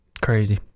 Crazy